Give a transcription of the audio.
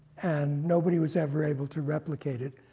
and nobody was ever able to replicate it.